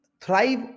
thrive